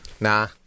Nah